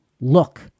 Look